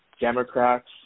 Democrats